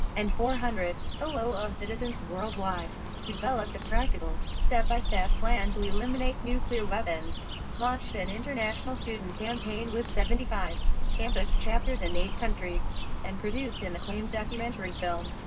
and four hundred thousand citizens worldwide developed a practical step-by-step plan to eliminate nuclear weapons launched an international student campaign with seventy five campus chapters in eight countries and produced an acclaimed documentary film,